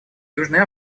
южная